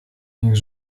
niech